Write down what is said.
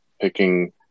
picking